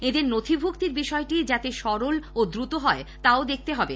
এদের নথিভুক্তির বিষয়টি যাতে সরল ও দ্রুত হয় তাও দেখতে হবে